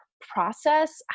process